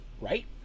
Right